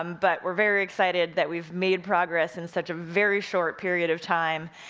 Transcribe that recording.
um but we're very excited that we've made progress in such a very short period of time.